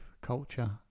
culture